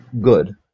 good